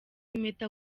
impeta